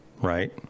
right